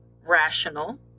rational